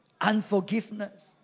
unforgiveness